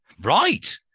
right